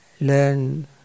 learn